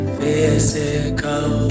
physical